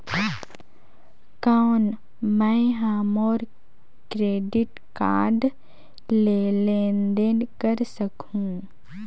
कौन मैं ह मोर क्रेडिट कारड ले लेनदेन कर सकहुं?